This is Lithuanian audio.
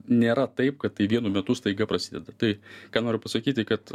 nėra taip kad tai vienu metu staiga prasideda tai ką noriu pasakyti kad